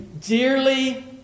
dearly